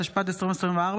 התשפ"ד 2024,